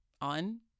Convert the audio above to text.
on